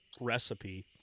recipe